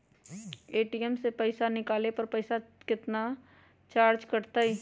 ATM से पईसा निकाले पर पईसा केतना चार्ज कटतई?